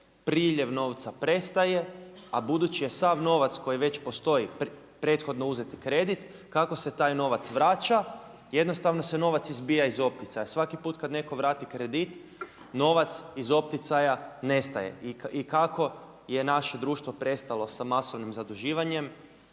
priljev novca prestaje, a budući je sav novac koji već postoji prethodno uzeti kredit kako se taj novac vraća jednostavno se novac izbija iz opticaja. Svaki put kad netko vrati kredit novac iz opticaja nestaje. I kako je naše društvo prestalo sa masovnim zaduživanjem,